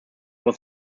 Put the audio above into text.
was